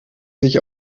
sich